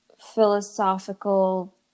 philosophical